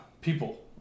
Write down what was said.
People